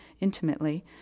intimately